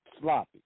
sloppy